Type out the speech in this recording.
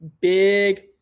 big